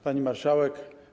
Pani Marszałek!